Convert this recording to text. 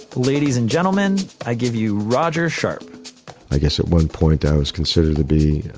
ladies and gentlemen, i give you roger sharpe i guess at one point i was considered to be,